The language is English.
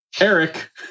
Eric